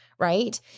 right